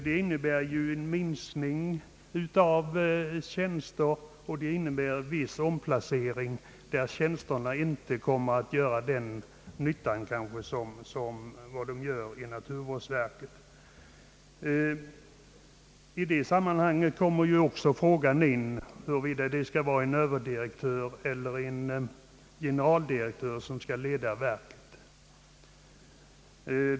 Det innebär ett minskat antal tjänster och en viss omplacering, där tjänsterna kanske inte kommer att göra samma nytta som inom naturvårdsverket. I det sammanhanget uppkommer också frågan huruvida det skall vara en överdirektör eller en generaldirektör som chef för verket.